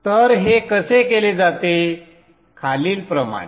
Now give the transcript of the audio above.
तर हे कसे केले जाते खालील प्रमाणे